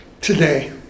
today